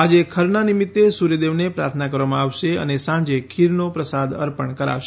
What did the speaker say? આજે ખરના નિમિત્તે સૂર્થ દેવને પ્રાર્થના કરવામાં આવશે અને સાંજે ખીરનો પ્રસાદ અર્પણ કરાશે